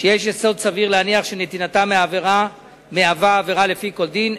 שיש יסוד סביר להניח שנתינתם מהווה עבירה לפי כל דין,